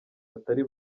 batari